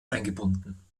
eingebunden